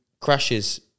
crashes